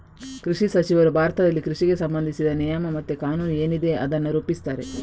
ಕೃಷಿ ಸಚಿವರು ಭಾರತದಲ್ಲಿ ಕೃಷಿಗೆ ಸಂಬಂಧಿಸಿದ ನಿಯಮ ಮತ್ತೆ ಕಾನೂನು ಏನಿದೆ ಅದನ್ನ ರೂಪಿಸ್ತಾರೆ